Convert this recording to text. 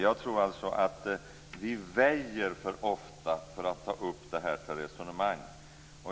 Jag tror alltså att vi väjer för ofta för att ta upp det här till resonemang.